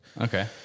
Okay